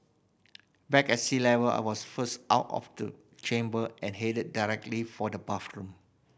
back at sea level I was first out of the chamber and headed directly for the bathroom